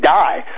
die